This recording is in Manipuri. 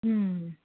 ꯎꯝ